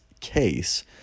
case